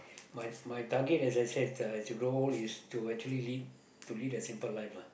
my my target as I said uh to grow old is to actually lead to lead a simple life lah